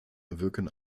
wirken